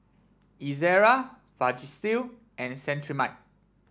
Ezerra Vagisil and Cetrimide